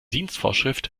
dienstvorschrift